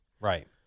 Right